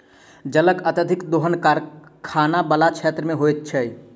जलक अत्यधिक दोहन कारखाना बला क्षेत्र मे होइत छै